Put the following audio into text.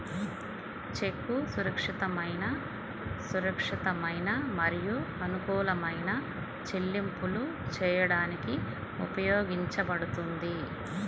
చెక్కు సురక్షితమైన, సురక్షితమైన మరియు అనుకూలమైన చెల్లింపులు చేయడానికి ఉపయోగించబడుతుంది